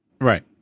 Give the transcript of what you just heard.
Right